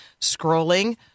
scrolling